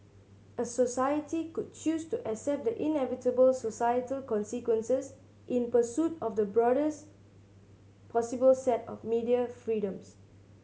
a society could choose to accept the inevitable societal consequences in pursuit of the broadest possible set of media freedoms